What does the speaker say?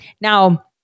Now